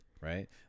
right